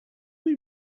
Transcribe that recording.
been